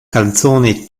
canzone